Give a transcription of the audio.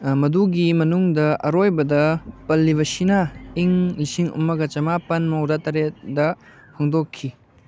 ꯃꯗꯨꯒꯤ ꯃꯅꯨꯡꯗ ꯑꯔꯣꯏꯕꯗ ꯄꯜꯂꯤꯕꯁꯤꯅ ꯏꯪ ꯂꯤꯁꯤꯡ ꯑꯃꯒ ꯆꯃꯥꯄꯟ ꯃꯧꯗ꯭ꯔꯥ ꯇꯔꯦꯠꯇ ꯍꯣꯡꯗꯣꯛꯈꯤ